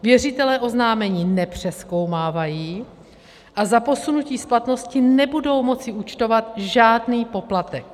Věřitelé oznámení nepřezkoumávají a za posunutí splatnosti nebudou moci účtovat žádný poplatek.